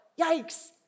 yikes